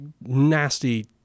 nasty